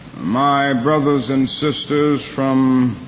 my brothers and sisters from